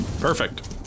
Perfect